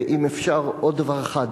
ואם אפשר, עוד דבר אחד.